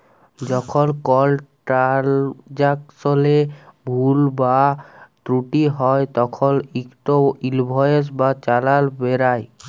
যখল কল ট্রালযাকশলে ভুল বা ত্রুটি হ্যয় তখল ইকট ইলভয়েস বা চালাল বেরাই